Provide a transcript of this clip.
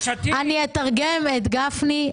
אני אתרגם את גפני.